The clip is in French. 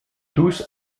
tous